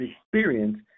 experience